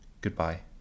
Goodbye